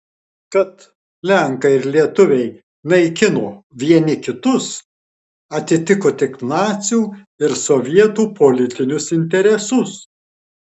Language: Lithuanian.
kad lenkai ir lietuviai naikino vieni kitus atitiko tik nacių ir sovietų politinius interesus